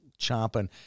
chomping